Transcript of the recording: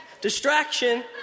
Distraction